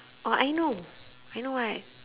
or I know I know what